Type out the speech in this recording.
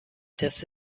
تست